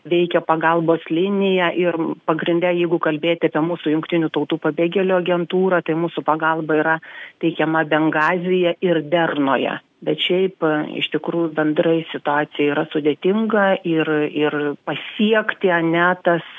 veikia pagalbos linija ir pagrinde jeigu kalbėti apie mūsų jungtinių tautų pabėgėlių agentūrą tai mūsų pagalba yra teikiama bengazyje ir dernoje bet šiaip iš tikrųjų bendrai situacija yra sudėtinga ir ir pasiekti ane tas